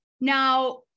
Now